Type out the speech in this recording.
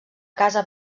casa